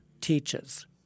teaches